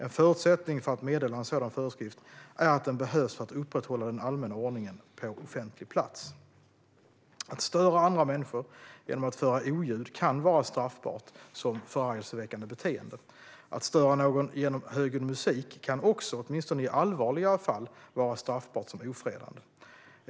En förutsättning för att meddela en sådan föreskrift är att den behövs för att upprätthålla den allmänna ordningen på offentlig plats. Att störa andra människor genom att föra oljud kan vara straffbart som förargelseväckande beteende. Att störa någon genom högljudd musik kan också, åtminstone i allvarligare fall, vara straffbart som ofredande.